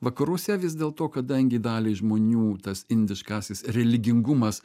vakaruose vis dėlto kadangi daliai žmonių tas indiškasis religingumas